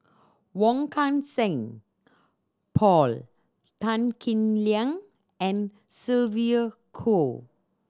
Wong Kan Seng Paul Tan Kim Liang and Sylvia Kho